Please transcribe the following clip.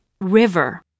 river